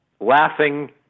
laughing